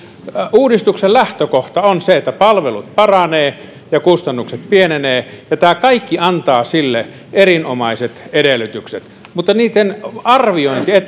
uudistuksen lähtökohta on se että palvelut paranevat ja kustannukset pienenevät ja tämä kaikki antaa sille erinomaiset edellytykset mutta niiden arviointi